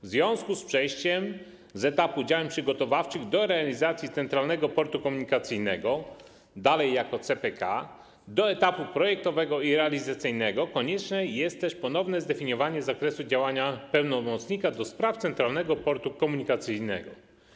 W związku z przejściem z etapu działań przygotowawczych do realizacji Centralnego Portu Komunikacyjnego, dalej jako CPK, do etapu projektowego i realizacyjnego konieczne jest też ponowne zdefiniowanie zakresu działania pełnomocnika do spraw Centralnego Portu Komunikacyjnego.